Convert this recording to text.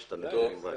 אני